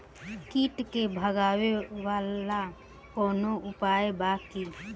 कीट के भगावेला कवनो उपाय बा की?